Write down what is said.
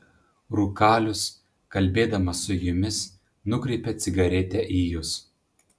rūkalius kalbėdamas su jumis nukreipia cigaretę į jus